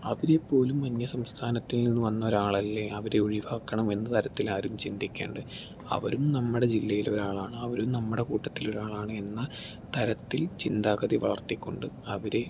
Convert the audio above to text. അവരെപ്പോലും അന്യ സംസ്ഥാനത്തിൽ നിന്ന് വന്ന ഒരാളല്ലേ അവരെ ഒഴിവാക്കണം എന്ന തരത്തിലാരും ചിന്തിക്കാണ്ട് അവരും നമ്മുടെ ജില്ലയിലൊരാളാണ് അവരും നമ്മുടെ കൂട്ടത്തിലൊരാളാണ് എന്ന തരത്തിൽ ചിന്താഗതി വളർത്തിക്കൊണ്ട് അവരെ